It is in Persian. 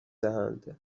دهند